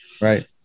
Right